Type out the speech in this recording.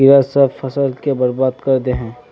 कीड़ा सब फ़सल के बर्बाद कर दे है?